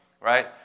right